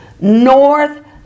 north